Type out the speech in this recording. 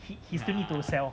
he he still need to sell